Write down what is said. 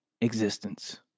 existence